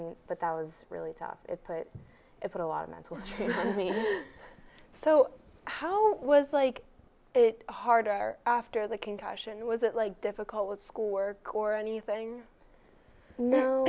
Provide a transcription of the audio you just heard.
pack and but that was really tough it put it with a lot of mental so how was like harder after the concussion was it like difficult with schoolwork or anything